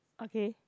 okay